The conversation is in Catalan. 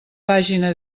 pàgina